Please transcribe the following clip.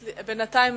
בינתיים,